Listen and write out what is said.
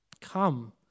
Come